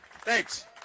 Thanks